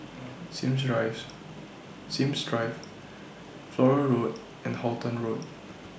Sims Drive Flora Road and Halton Road